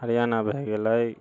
हरियाणा भए गेलै